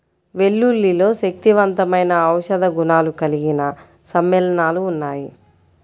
వెల్లుల్లిలో శక్తివంతమైన ఔషధ గుణాలు కలిగిన సమ్మేళనాలు ఉన్నాయి